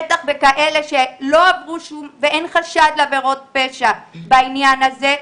בטח בכאלה שלא עברו ואין חשד לעבירות פשע בעניין הזה.